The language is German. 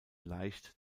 leicht